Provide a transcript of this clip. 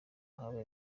habaye